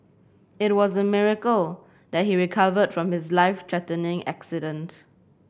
it was a miracle that he recovered from his life threatening accident